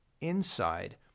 inside